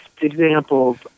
examples